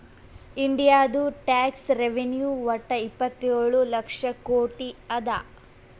ಇಂಡಿಯಾದು tax revenue ವಟ್ಟ ಇಪ್ಪತ್ತೇಳು ಲಕ್ಷ ಕೋಟಿ ಅದಾ